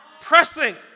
Pressing